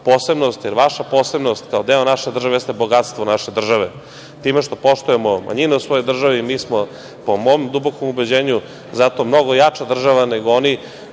posebnost, jer vaša posebnost kao deo naše države, jeste bogatstvo naše države. Time što poštujemo manjine u svojoj državi, mi smo po mom dubokom ubeđenju zato mnogo jača država nego oni,